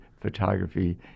photography